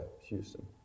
Houston